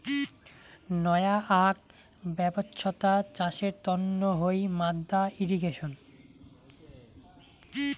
নয়া আক ব্যবছ্থা চাষের তন্ন হই মাদ্দা ইর্রিগেশন